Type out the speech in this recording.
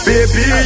Baby